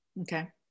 Okay